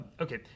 okay